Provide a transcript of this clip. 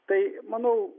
tai manau